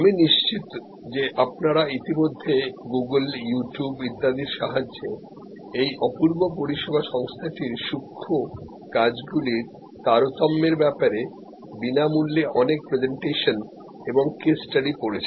আমি নিশ্চিত যে আপনারা ইতিমধ্যেই গুগোল ইউটিউব ইত্যাদির সাহায্যে এই অপূর্ব পরিষেবা সংস্থাটির সূক্ষ্ম কাজ গুলির তারতম্যের ব্যাপারে বিনামূল্যে অনেক প্রেজেন্টেশন এবং কেস স্টাডি পড়েছেন